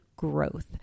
growth